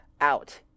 out